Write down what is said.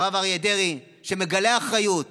הרב אריה דרעי, מגלה אחריות